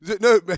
no